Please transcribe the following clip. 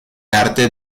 arte